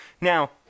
now